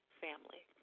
family